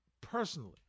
Personally